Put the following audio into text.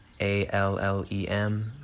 A-L-L-E-M